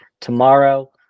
tomorrow